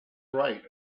right